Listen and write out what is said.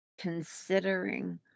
considering